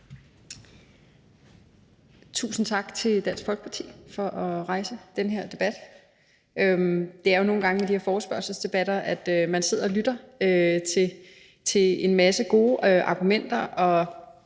Tusind tak til Dansk Folkeparti for at rejse den her debat. Det er jo nogle gange sådan med de her forespørgselsdebatter, at man sidder og lytter til en masse gode argumenter